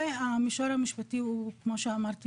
והמישור המשפטי הוא כמו שאמרתי,